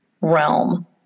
realm